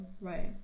right